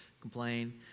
complain